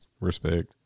Respect